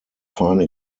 fine